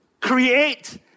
create